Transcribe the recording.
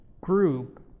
group